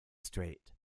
straight